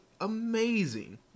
amazing